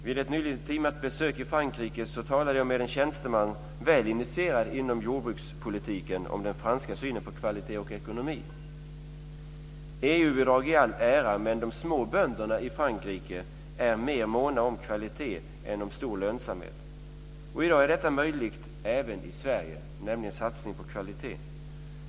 Vid ett nyligen timat besök i Frankrike talade jag med en tjänsteman, väl initierad inom jordbrukspolitiken, om den franska synen på kvalitet och ekonomi. EU bidrag i all ära, men de små bönderna i Frankrike är mer måna om kvalitet än om stor lönsamhet. I dag är detta möjligt även i Sverige, alltså en satsning på kvalitet.